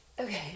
Okay